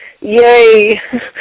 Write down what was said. Yay